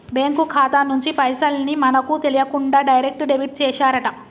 bank ఖాతా నుంచి పైసల్ ని మనకు తెలియకుండా డైరెక్ట్ డెబిట్ చేశారట